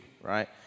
right